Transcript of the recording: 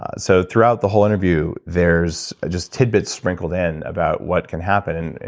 ah so throughout the whole interview, there's just tidbits wrinkled in about what can happen.